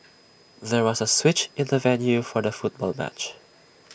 there was A switch in the venue for the football match